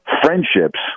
friendships